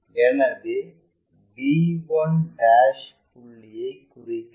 எனவே b1 புள்ளியை குறிக்கவும்